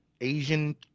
Asian